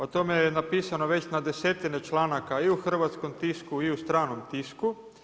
O tome je napisano već na desetine članaka i u hrvatskom tisku i u stranom tisku.